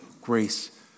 grace